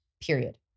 Period